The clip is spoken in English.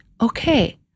okay